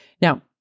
Now